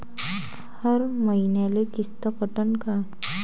हर मईन्याले किस्त कटन का?